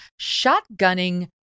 shotgunning